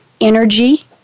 energy